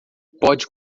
pode